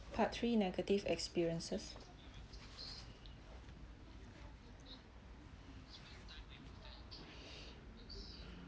part three negative experiences